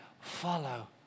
Follow